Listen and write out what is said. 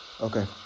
okay